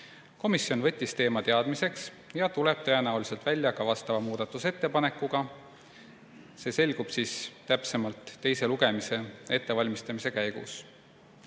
Komisjon võttis teema teadmiseks ja tuleb tõenäoliselt välja ka muudatusettepanekuga. See selgub täpsemalt teise lugemise ettevalmistamise käigus.